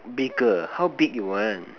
bigger how big you want